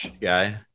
guy